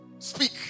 speak